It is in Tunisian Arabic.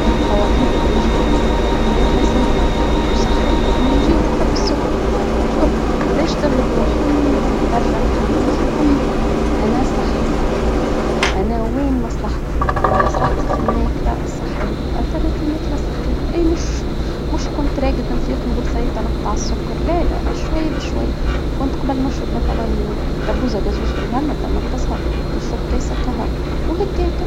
باهي توا إنت من جهة تحب تاكل ماكلة سمحة وصحية، ومن جهة تحب السكر، شوف باش تغلب روحك، لازمك ترجع تخمم في روحك، أنا صحتي أنا وين مصلحتي... أنا مصلحتي في الماكلة الصحية، أنا ناكل ماكلة صحية، أي مش كنت راقد تفيق تڨول: انتهى تنقطع السكر ، لا لا بالشوية بالشوية، كنت قبل تشرب مثلا دبوزة ڨازوز في النهار ، نبدأ ننقصها، نشرب كأس أكاهو، وهكاكا.